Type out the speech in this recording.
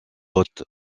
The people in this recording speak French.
haute